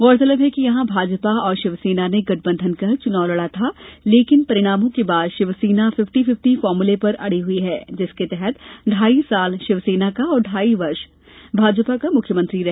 गौरतलब है कि यहां भाजपा और शिवसेना ने गठबंधन कर चुनाव लड़ा था लेकिन परिणामों के बाद शिवसेना फिप्टी फिप्टी फामूले पर अड़ी हुई है जिसके तहत ढाई साल शिवसेना का और ढाई वर्ष भाजपा का मुख्यमंत्री रहे